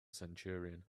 centurion